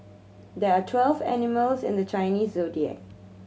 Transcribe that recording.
there are twelve animals in the Chinese Zodiac